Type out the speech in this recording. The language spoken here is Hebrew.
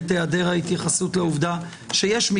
זאת אומרת, אתה לא משאיר לו דרך ביניים.